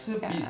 ya